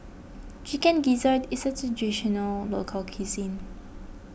Chicken Gizzard is a Traditional Local Cuisine